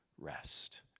rest